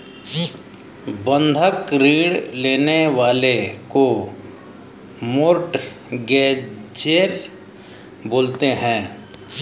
बंधक ऋण लेने वाले को मोर्टगेजेर बोलते हैं